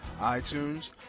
iTunes